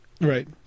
right